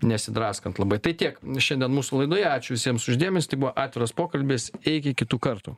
nesidraskant labai tai tiek šiandien mūsų laidoje ačiū visiems už dėmesį tai buvo atviras pokalbis iki kitų kartų